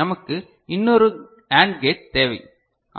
நமக்கு இன்னொரு AND gate தேவை